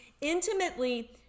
intimately